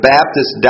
Baptist